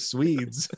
Swedes